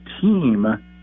team